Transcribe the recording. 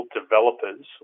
developers